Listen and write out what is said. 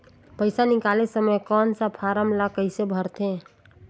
पइसा निकाले समय कौन सा फारम ला कइसे भरते?